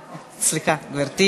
גברתי.